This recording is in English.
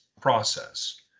process